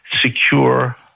secure